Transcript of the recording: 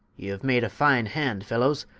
y'haue made a fine hand fellowes?